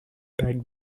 pack